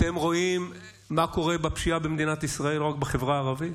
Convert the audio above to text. אתם רואים מה קורה בפשיעה במדינת ישראל לא רק בחברה הערבית?